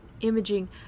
imaging